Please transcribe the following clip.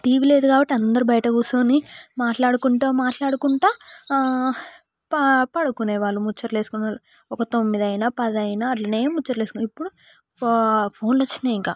TV లేదు కాబట్టి అందరు బయట కుర్చోని మాట్లాడకుండా మాట్లాడకుండా ప పడుకునే వాళ్ళు ముచ్చట్లు వేసుకునే వాళ్ళు ఒక తొమ్మిది అయినా పది అయినా అట్లనే ముచ్చట్లు వేసుకునే వాళ్ళు ఇప్పుడు వా ఫోన్లు వచ్చినాయి ఇంక